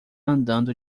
andando